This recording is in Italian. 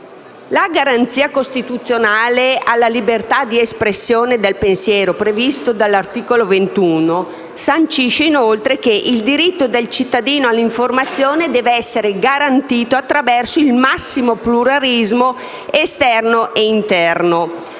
La garanzia costituzionale alla libertà di espressione del pensiero prevista dall'articolo 21 della Costituzione sancisce, inoltre, che il diritto del cittadino all'informazione deve essere garantito attraverso il massimo pluralismo esterno e interno.